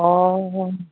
অঁ